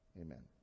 amen